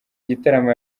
gitaramo